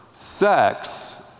Sex